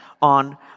on